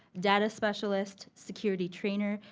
data specialist, security trainer,